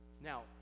Now